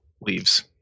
leaves